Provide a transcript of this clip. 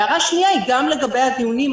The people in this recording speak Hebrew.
הערה שנייה היא גם לגבי הדיונים.